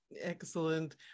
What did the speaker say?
Excellent